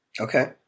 Okay